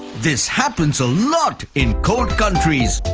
this happens a lot in cold countries.